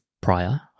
prior